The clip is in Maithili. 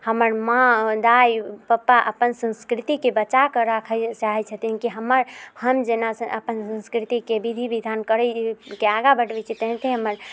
आओर हमर माँ दाय पप्पा अपन संस्कृतिके बचाकऽ राखैलऽ चाहै छथिन की हमर हम जेना अपन संस्कृतिके विधि विधान करैके आगाँ बढ़बै तेनाहिते हमर